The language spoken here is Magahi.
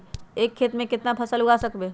एक खेत मे केतना फसल उगाय सकबै?